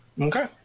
okay